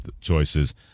choices